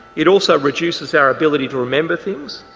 it also reduces our ability to remember things,